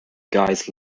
guys